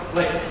like,